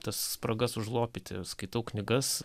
tas spragas užlopyti skaitau knygas